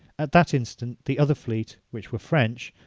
at that instant the other fleet, which were french,